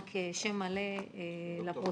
רק שם מלא לפרוטוקול.